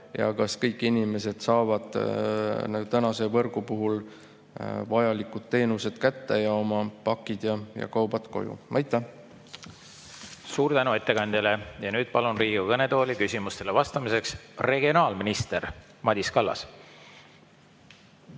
ja kas kõik inimesed saavad tänase võrgu puhul vajalikud teenused kätte ja oma pakid ja kaubad koju? Aitäh! Suur tänu ettekandjale! Nüüd palun Riigikogu kõnetooli küsimustele vastamiseks regionaalminister Madis Kallase.